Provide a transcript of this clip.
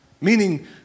Meaning